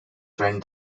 friend